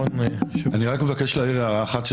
אני רק מבקש להעיר הערה אחת,